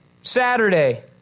Saturday